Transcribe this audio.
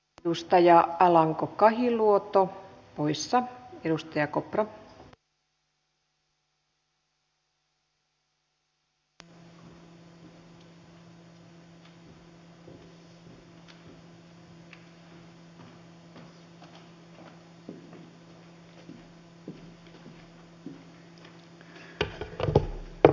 edustaja alanko kahiluoto koetettu ja hyväksi havaittu